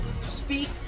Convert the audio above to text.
speak